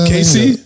Casey